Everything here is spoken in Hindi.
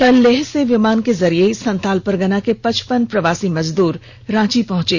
कल लेह से विमान के जरिये संथाल परगना के पचपन प्रवासी मजदूर रांची पहंचे